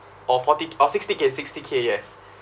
or forty or sixty K sixty K yes